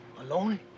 Alone